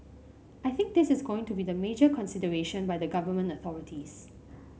I think this is going to be the major consideration by the Government authorities